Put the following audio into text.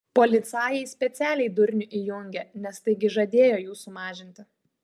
policajai specialiai durnių įjungė nes taigi žadėjo jų sumažinti